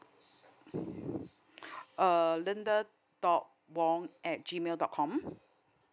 uh linda dot wong at G mail dot com